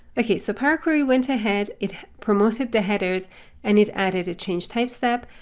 okay, so power query went ahead. it promoted the headers and it added a changed type step.